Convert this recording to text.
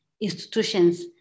institutions